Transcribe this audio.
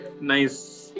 Nice